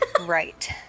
Right